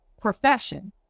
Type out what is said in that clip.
profession